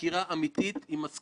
כאשר רציתי להוביל את זה,